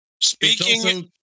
Speaking